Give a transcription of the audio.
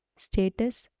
status,